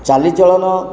ଚାଲିଚଳନ